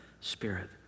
spirit